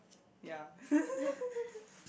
ya